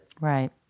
Right